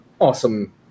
awesome